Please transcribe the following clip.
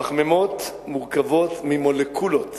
פחמימות מורכבות ממולקולות